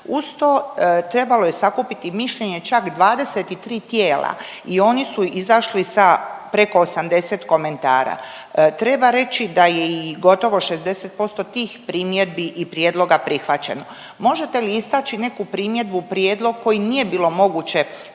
Uz to trebalo je sakupit i mišljenje čak 23 tijela i oni su izašli sa preko 80 komentara. Treba reći da je i gotovo 60% tih primjedbi i prijedloga prihvaćeno. Možete li istaći neku primjedbu, prijedlog koji nije bilo moguće